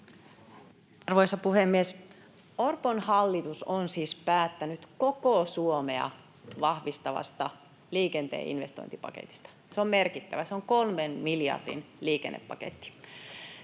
Arvoisa puhemies! Orpon hallitus on siis päättänyt koko Suomea vahvistavasta liikenteen investointipaketista. Se on merkittävä: se on kolmen miljardin liikennepaketti.